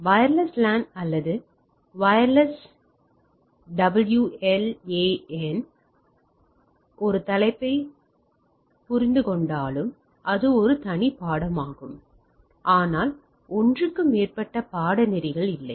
wireless LAN அல்லது WLAN ஒரு தலைப்பு என்று பலர் புரிந்து கொண்டாலும் அது ஒரு தனி பாடமாகும் ஆனால் ஒன்றுக்கு மேற்பட்ட பாடநெறிகள் இல்லை